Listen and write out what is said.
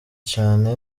cane